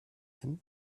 him